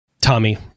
Tommy